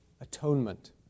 atonement